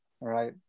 right